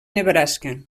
nebraska